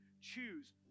choose